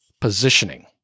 positioning